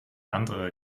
andere